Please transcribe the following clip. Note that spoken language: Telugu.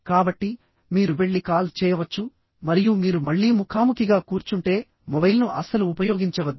కాబట్టి మీరు వెళ్లి కాల్ చేయవచ్చు మరియు మీరు మళ్లీ ముఖాముఖిగా కూర్చుంటే మొబైల్ను అస్సలు ఉపయోగించవద్దు